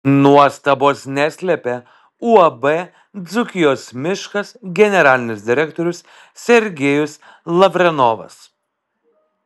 nuostabos neslėpė uab dzūkijos miškas generalinis direktorius sergejus lavrenovas